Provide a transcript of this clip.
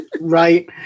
Right